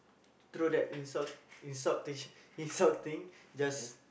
throw that insult insultation insulting just